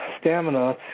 stamina